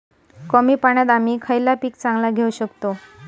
कमी पाण्यात आम्ही खयला पीक चांगला घेव शकताव?